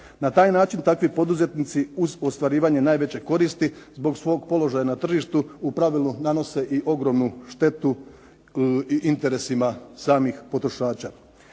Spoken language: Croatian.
Na taj način takvi poduzetnici uz ostvarivanje najveće koristi zbog svog položaja na tržištu u pravilu nanose i ogromnu štetu i interesima samih potrošača.